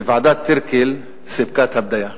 וועדת-טירקל סיפקה את הבדיה.